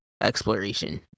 exploration